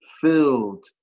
filled